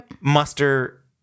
muster